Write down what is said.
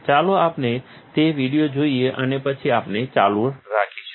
ચાલો આપણે તે વિડિઓ જોઈએ અને પછી આપણે ચાલુ રાખીશું